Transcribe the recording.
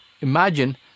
imagine